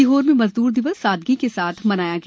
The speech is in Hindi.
सीहोर में मजद्र दिवस सादगी के साथ मनाया गया